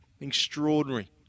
Extraordinary